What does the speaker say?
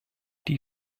die